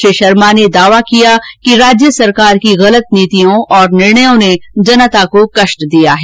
श्री शर्मा ने दावा किया कि राज्य सरकार की गलत नीतियों और निर्णयों ने जनता को कष्ट दिया है